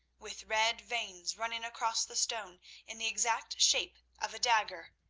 with red veins running across the stone in the exact shape of a dagger,